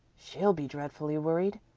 she'll be dreadfully worried.